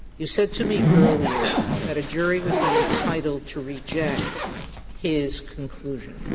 you said to me earlier that a jury would be entitled to reject his conclusion.